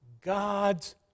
God's